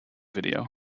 video